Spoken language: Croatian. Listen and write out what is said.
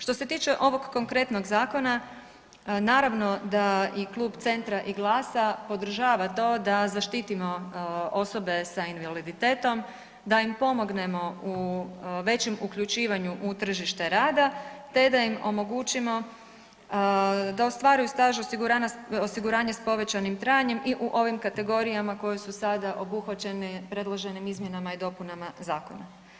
Što se tiče ovog konkretnog zakona naravno da i klub Centra i GLAS-a podržava to da zaštitimo osobe s invaliditetom, da im pomognemo u većem uključivanju u tržište rada te da im omogućimo da ostvaruju staž osiguranja s povećanim trajanjem i u ovom kategorijama koje su sada obuhvaćene predloženim izmjenama i dopunama zakona.